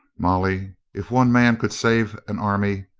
molly, if one man could save an army,